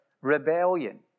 rebellion